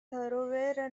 thoroughfare